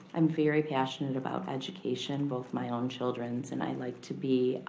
i'm very passionate about education, both my own children's and i like to be